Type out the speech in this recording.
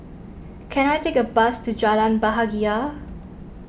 can I take a bus to Jalan Bahagia